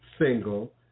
single